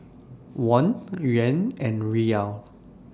Won Yuan and Riyal